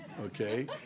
okay